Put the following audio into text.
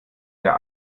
der